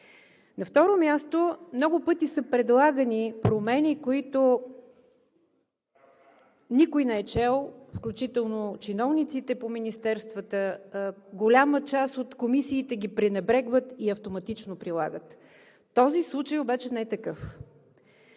На второ място, много пъти са предлагани промени, които никой не е чел, включително чиновниците по министерствата, голяма част от комисиите ги пренебрегват и автоматично прилагат. Този случай обаче не е такъв.